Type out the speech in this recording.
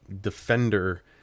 defender